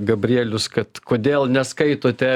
gabrielius kad kodėl neskaitote